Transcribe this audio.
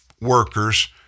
workers